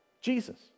Jesus